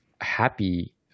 happy